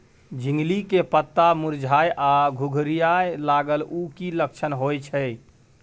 झिंगली के पत्ता मुरझाय आ घुघरीया लागल उ कि लक्षण होय छै?